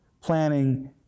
planning